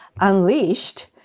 unleashed—